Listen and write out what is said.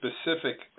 specific